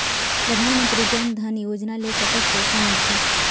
परधानमंतरी जन धन योजना ले कतक पैसा मिल थे?